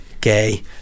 gay